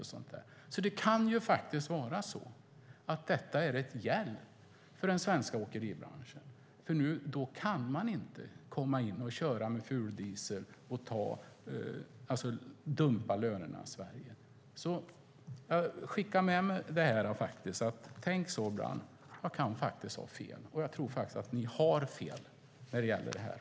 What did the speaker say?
Det här kan faktiskt vara en hjälp för den svenska åkeribranschen eftersom det inte går att komma hit och köra på fuldiesel och dumpa lönerna. Tänk så ibland: Jag kan ha fel. Jag tror faktiskt att ni har fel när det gäller detta.